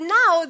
now